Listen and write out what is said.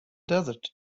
desert